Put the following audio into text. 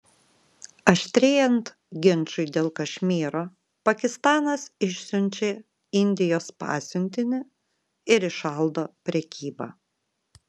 aštrėjant ginčui dėl kašmyro pakistanas išsiunčia indijos pasiuntinį ir įšaldo prekybą